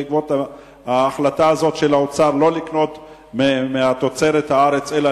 בעקבות ההחלטה של האוצר לא לקנות מתוצרת הארץ אלא